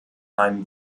einem